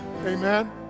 Amen